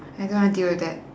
I don't wanna deal with that